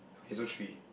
okay so three